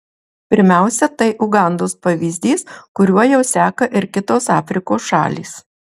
pirmiausia tai ugandos pavyzdys kuriuo jau seka ir kitos afrikos šalys